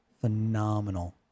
phenomenal